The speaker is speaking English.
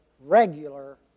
regular